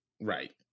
Right